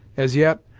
as yet,